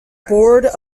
board